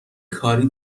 کاری